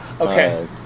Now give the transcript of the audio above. Okay